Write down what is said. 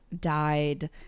died